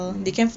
hmm